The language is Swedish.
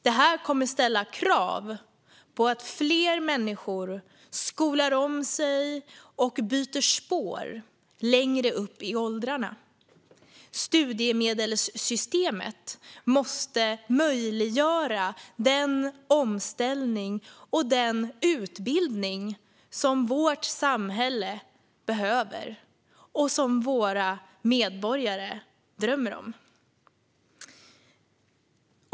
Det här kommer att ställa krav på att fler människor skolar om sig och byter spår längre upp i åldrarna. Studiemedelssystemet måste möjliggöra den omställning och den utbildning som vårt samhälle behöver och som våra medborgare drömmer om.